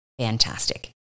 Fantastic